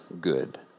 good